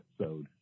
episode